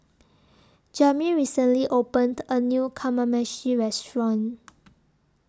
Jami recently opened A New Kamameshi Restaurant